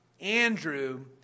Andrew